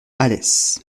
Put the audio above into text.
alès